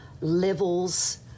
levels